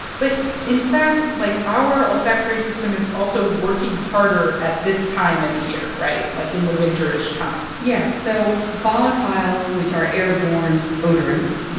but in fact, like, our our olfactory system is also working harder at this time in the year right? like, in the winter-ish time yeah. so volatiles, which are airborne odorants,